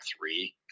three